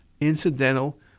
incidental